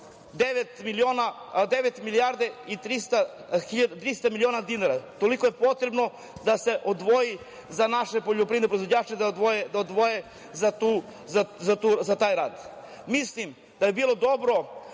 milijarde i trista miliona dinara. Toliko je potrebno da se odvoji za naše poljoprivredne proizvođače, da odvoje za taj rad. Mislim da je bilo dobro